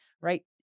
right